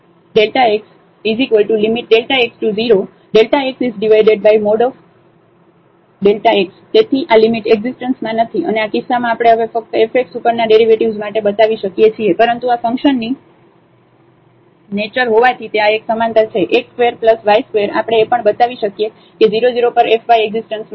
x→0fx0 f00xΔx→0x2|Δx|ΔxΔx→0Δx|Δx| તેથી તેથી આ લિમિટ એકઝીસ્ટન્સમાં નથી અને આ કિસ્સામાં આપણે હવે ફક્ત f x ઉપરના ડેરિવેટિવ્ઝ માટે બતાવી શકીએ છીએ પરંતુ આ ફંકશનની નેચર હોવાથી તે આ એક સમાંતર છે x ² y ² આપણે એ પણ બતાવી શકીએ કે 0 0 પર f y એકઝીસ્ટન્સમાં નથી